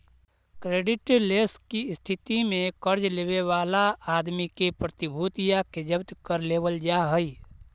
creditless के स्थिति में कर्ज लेवे वाला आदमी के प्रतिभूतिया के जब्त कर लेवल जा हई